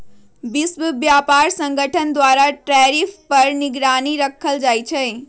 विश्व व्यापार संगठन द्वारा टैरिफ पर निगरानी राखल जाइ छै